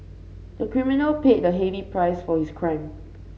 the criminal paid a heavy price for his crime